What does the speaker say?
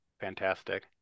fantastic